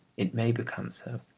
it may become so.